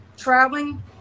traveling